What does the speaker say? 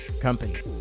company